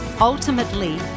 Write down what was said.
Ultimately